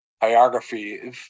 biography